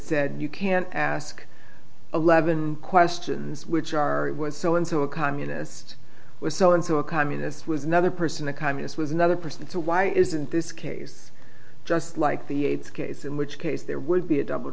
it you can't ask eleven questions which are so into a communist was so into a commie this was another person the communist was another person so why isn't this case just like the yates case in which case there would be a double